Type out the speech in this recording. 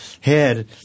head